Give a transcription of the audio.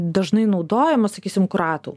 dažnai naudojama sakysim kroatų